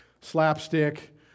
slapstick